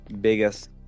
biggest